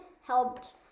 helped